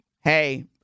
Hey